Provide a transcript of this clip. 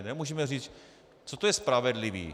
Nemůžeme říct, co to je spravedlivý.